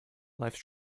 lifes